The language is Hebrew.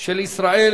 של ישראל,